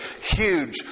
huge